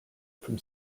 from